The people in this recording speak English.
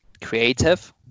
creative